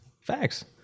Facts